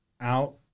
out